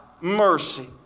mercy